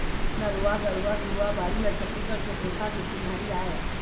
नरूवा, गरूवा, घुरूवा, बाड़ी ह छत्तीसगढ़ के पुरखा के चिन्हारी आय